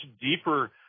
deeper